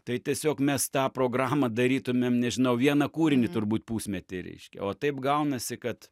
tai tiesiog mes tą programą darytumėm nežinau vieną kūrinį turbūt pusmetį reiškia o taip gaunasi kad